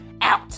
out